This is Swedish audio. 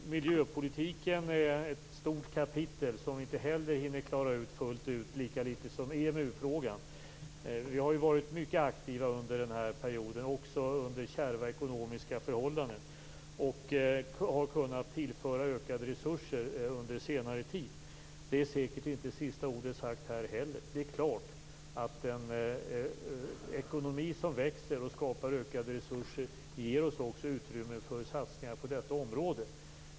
Miljöpolitiken är ett stort kapitel som vi inte heller hinner klarar av nu, lika litet som EMU-frågan. Vi har ju varit mycket aktiva under den här perioden, även om det har varit under kärva ekonomiska förhållanden. Vi har kunnat tillföra ökade resurser under senare tid. Det sista ordet är säkert inte sagt här heller. Det är klart att en ekonomi som växer och skapar ökade resurser också ger oss utrymme för satsningar på detta område.